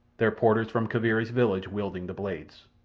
their porters from kaviri's village wielding the blades.